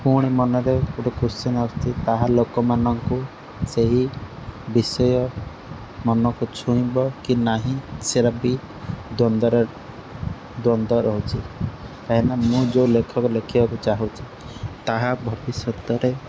ପୁଣି ମନରେ ଗୋଟିଏ କୋସ୍ଚୀନ୍ ତାହା ଲୋକମାନଙ୍କୁ ସେହି ବିଷୟ ମନକୁ ଛୁଇଁବ କି ନାହିଁ ସେଇଟା ବି ଦ୍ୱନ୍ଦରେ ଦ୍ୱନ୍ଦ ରହୁଛି କାହିଁକିନା ମୁଁ ଯେଉଁ ଲେଖାକୁ ଲେଖିବାକୁ ଚାହୁଁଛି ତାହା ଭବିଷ୍ୟତରେ